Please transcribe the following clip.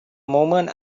moment